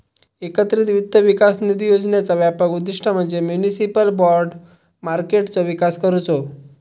एकत्रित वित्त विकास निधी योजनेचा व्यापक उद्दिष्ट म्हणजे म्युनिसिपल बाँड मार्केटचो विकास करुचो